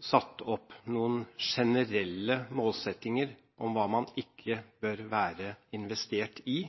satt opp noen generelle målsettinger om hva man ikke bør være investert i.